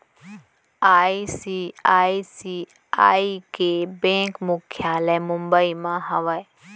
ICICI के bank मुख्यालय मुंबई म हावय